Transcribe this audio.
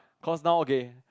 cause now again